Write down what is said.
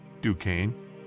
Duquesne